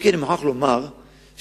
אם כי אני מוכרח לומר שהתאילנדים,